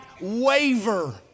waver